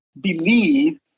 believe